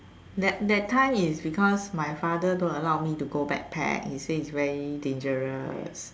that that time is because my father don't allow me to go backpack because he say is very dangerous